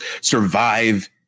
survive